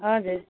हजुर